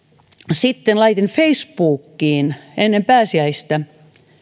sitten laitoin facebookiin ennen pääsiäistä